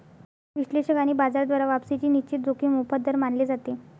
विश्लेषक आणि बाजार द्वारा वापसीची निश्चित जोखीम मोफत दर मानले जाते